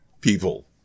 people